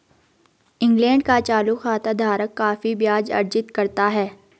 England का चालू खाता धारक काफी ब्याज अर्जित करता है